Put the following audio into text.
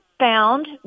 found